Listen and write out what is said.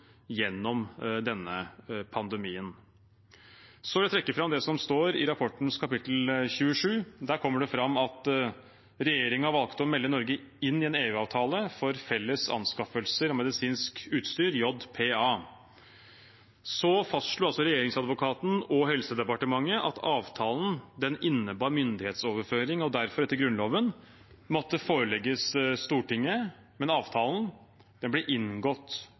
gjennom denne pandemien. Så vil jeg trekke fram det som står i rapportens kapittel 27. Der kommer det fram at regjeringen valgte å melde Norge inn i en EU-avtale for felles anskaffelser av medisinsk utstyr, JPA. Regjeringsadvokaten og Helsedepartementet fastslo at avtalen innebar myndighetsoverføring og derfor etter Grunnloven måtte forelegges Stortinget. Men avtalen ble inngått